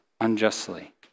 unjustly